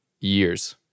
years